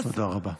תודה רבה.